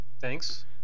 thanks